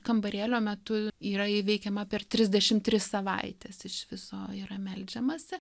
kambarėlio metu yra įveikiama per trisdešim tris savaites iš viso yra meldžiamasi